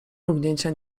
mrugnięcia